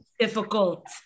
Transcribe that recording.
Difficult